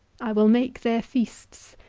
i will make their feasts,